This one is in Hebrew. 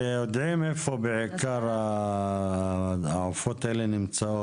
הרי יודעים איפה בעיקר העופות האלה נמצאים.